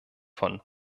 von